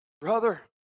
Brother